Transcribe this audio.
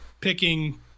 picking